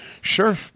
sure